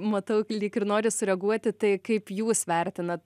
matau lyg ir nori sureaguoti tai kaip jūs vertinat